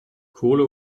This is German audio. kohle